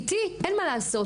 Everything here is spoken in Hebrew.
איתי אין מה לעשות,